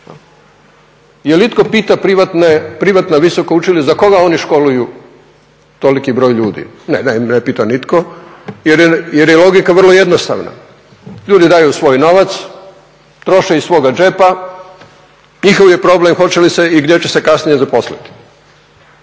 Je li itko pita privatna visoka učilišta za koga oni školuju toliki broj ljudi? Ne, ne pita nitko jer je logika vrlo jednostavna, ljudi daju svoj novac, troše iz svoga džepa, njihov je problem hoće li se i gdje će se kasnije zaposliti.